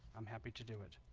i'm happy to do it